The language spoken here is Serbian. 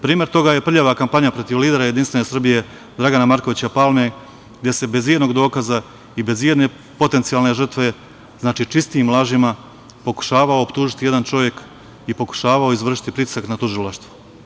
Primer toga je prljava kampanja protiv lidera Jedinstvene Srbije Dragana Markovića Palme, gde se bez ijednog dokaza i bez ijedne potencijalne žrtve, znači čistim lažima, pokušavao optužiti jedan čovek i pokušavao izvršiti pritisak na Tužilaštvo.